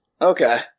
Okay